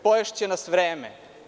Poješće nas vreme.